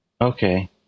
Okay